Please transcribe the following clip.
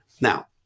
Now